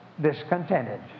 discontented